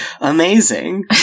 amazing